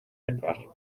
bedwar